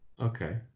okay